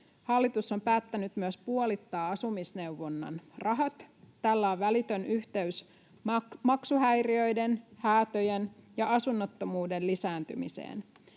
Hallitus on päättänyt myös puolittaa asumisneuvonnan rahat. Tällä on välitön yhteys maksuhäiriöiden, häätöjen ja asunnottomuuden lisääntymiseen.